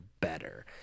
Better